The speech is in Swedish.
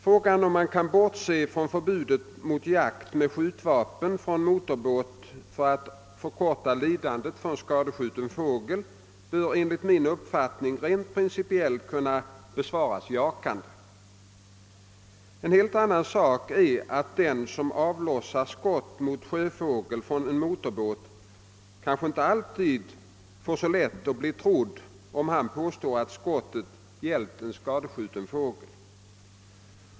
Frågan om man kan bortse från förbudet mot jakt med skjutvapen från motorbåt för att förkorta lidandet för en skadskjuten fågel bör, enligt min uppfattning, rent principiellt kunna besvaras jakande. En helt annan sak är att den som avlossar skott mot sjöfågel från en motorbåt kanske inte alltid får så lätt att bli trodd, om han påstår att skottet gällt en skadskjuten fågel.